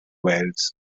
wales